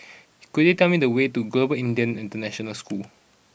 could you tell me the way to Global Indian International School